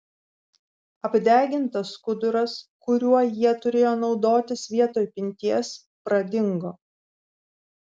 apdegintas skuduras kuriuo jie turėjo naudotis vietoj pinties pradingo